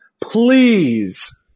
Please